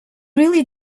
really